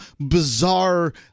bizarre